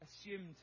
assumed